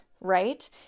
right